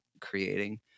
creating